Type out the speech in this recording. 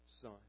Son